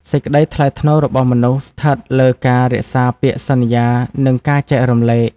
សេចក្ដីថ្លៃថ្នូររបស់មនុស្សស្ថិតលើការរក្សាពាក្យសន្យា និងការចែករំលែក។